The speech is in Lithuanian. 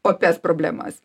opias problemas